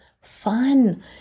fun